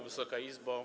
Wysoka Izbo!